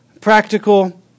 practical